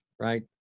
Right